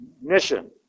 mission